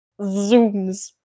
zooms